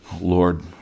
Lord